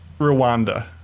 Rwanda